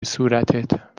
صورتت